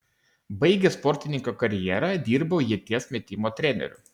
baigęs sportininko karjerą dirbau ieties metimo treneriu